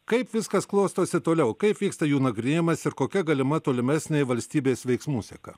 kaip viskas klostosi toliau kaip vyksta jų nagrinėjimas ir kokia galima tolimesnė valstybės veiksmų seka